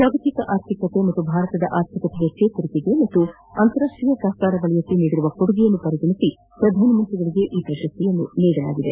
ಜಾಗತಿಕ ಆರ್ಥಿಕತೆ ಮತ್ತು ಭಾರತದ ಆರ್ಥಿಕತೆಯ ಚೇತರಿಕೆಗೆ ಹಾಗೂ ಅಂತಾರಾಷ್ಷೀಯ ಸಹಕಾರ ವಲಯಕ್ಕೆ ನೀಡಿರುವ ಕೊಡುಗೆಯನ್ನು ಪರಿಗಣಿಸಿ ಪ್ರಧಾನಮಂತ್ರಿಗಳಿಗೆ ಈ ಪ್ರಶಸ್ತಿಯನ್ನು ನೀಡಲಾಗಿದೆ